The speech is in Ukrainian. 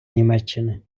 німеччини